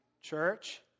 church